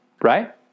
right